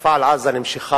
המתקפה על עזה נמשכה